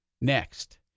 Next